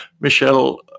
Michelle